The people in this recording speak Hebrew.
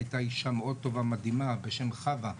הייתה אישה מאוד טובה מדהימה בשם חווה שחל,